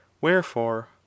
Wherefore